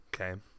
Okay